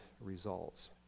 results